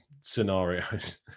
scenarios